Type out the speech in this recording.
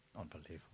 Unbelievable